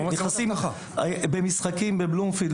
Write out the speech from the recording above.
במשחקים בבלומפילד,